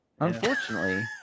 unfortunately